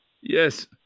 Yes